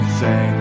say